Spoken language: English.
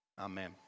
amen